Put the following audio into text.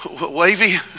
Wavy